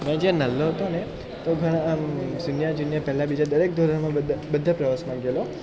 મેં જે નલ્લો હતોને તો ઘણા આમ સિનિયર જુનિયર પહેલા બીજા દરેક ધોરણમાં બધા બધા પ્રવાસમાં ગએલો